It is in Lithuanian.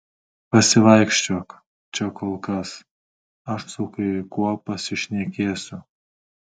pasivaikščiok čia kol kas aš su kai kuo pasišnekėsiu